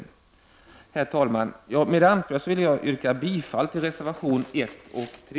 Herr talman! Med det anförda yrkar jag bifall till reservationerna 1 och 3.